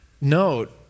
note